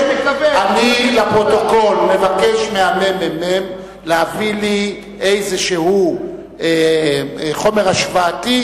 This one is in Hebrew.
לפרוטוקול: אני מבקש מהממ"מ להביא לי חומר השוואתי